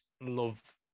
love